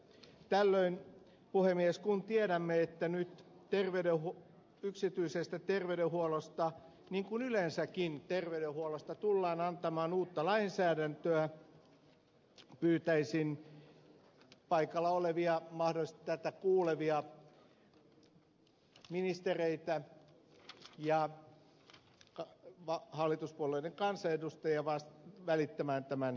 tällöin puhemies kun tiedämme että nyt yksityisestä terveydenhuollosta niin kuin yleensäkin terveydenhuollosta tullaan antamaan uutta lainsäädäntöä pyytäisin paikalla olevia mahdollisesti tätä kuulevia ministereitä ja hallituspuolueiden kansanedustajia välittämään tämän toiveen eteenpäin